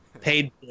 paid